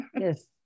Yes